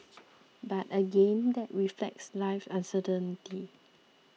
but again that reflects life's uncertainty